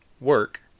Work